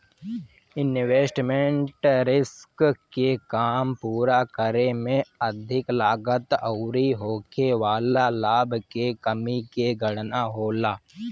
investment risk के काम पूरा करे में अधिक लागत अउरी होखे वाला लाभ के कमी के गणना होला